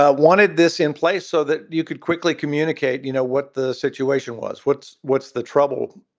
ah wanted this in place so that you could quickly communicate, you know, what the situation was, what's what's the trouble?